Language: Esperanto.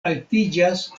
altiĝas